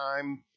time